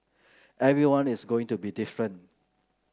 everyone is going to be different